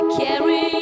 carry